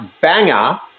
banger